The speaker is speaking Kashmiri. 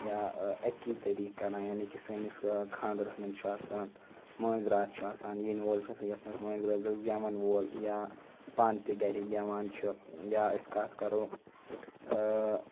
یا اَکی طٔریٖقہٕ کَران یعنی کہِ سٲنِس خانٛدرَس مَنٛز چھُ آسان مٲنٛزراتھ چھُ آسان ییٚنہِ وول چھُ آسان یَتھ مَنٛز مٲنٛزرٲژ مَنٛز گیٚوَن وول یا پانہٕ تہِ گَرٕ گیٚوان چھِ یا أسۍ کَتھ کَرَو